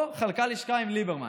או שהיא חלקה לשכה עם ליברמן?